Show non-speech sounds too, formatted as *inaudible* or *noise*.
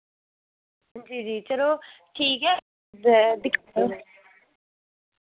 जी जी चलो ठीक ऐ ते *unintelligible*